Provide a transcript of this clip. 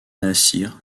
nasir